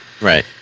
Right